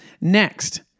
next